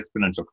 exponential